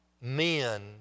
men